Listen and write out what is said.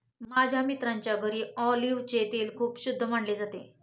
माझ्या मित्राच्या घरी ऑलिव्हचे तेल खूप शुद्ध मानले जाते